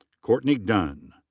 courtney dunn.